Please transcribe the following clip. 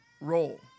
role